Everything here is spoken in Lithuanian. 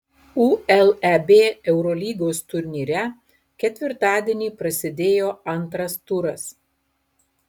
uleb eurolygos turnyre ketvirtadienį prasidėjo antras turas